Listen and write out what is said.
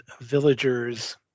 villagers